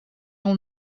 all